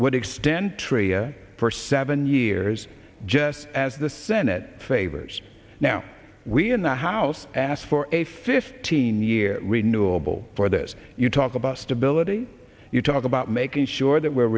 would extend tria for seven years just as the senate favors now we in the house asked for a fifteen year renewable for this you talk about stability you talk about making sure that we're